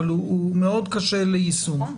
אבל הוא מאוד קשה ליישום.